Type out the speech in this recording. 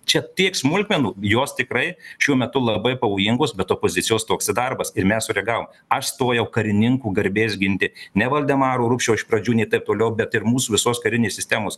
čia tiek smulkmenų jos tikrai šiuo metu labai pavojingos bet opozicijos toks darbas ir mes sureagavom aš stojau karininkų garbės ginti ne valdemaro rupšio iš pradžių nei taip toliau bet ir mūsų visos karinės sistemos